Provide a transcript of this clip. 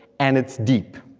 and it's deep.